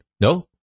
No